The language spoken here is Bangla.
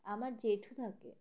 আমার জেঠু থাকে